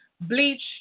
Bleach